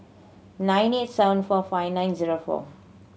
nine eight seven four five nine zero four